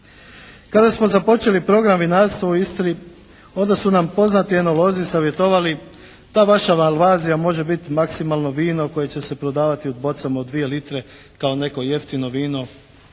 Kada smo započeli program vinarstva u Istri onda su nam poznati enolozi savjetovali ta vaša malvazija može biti maksimalno vino koje će se prodavati u bocama od 2 litre kao neko jeftino vino